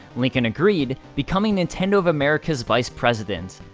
lincoln agreed, becoming nintendo of america's vice president.